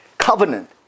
covenant